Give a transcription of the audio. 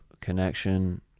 connection